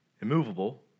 immovable